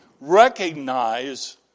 recognize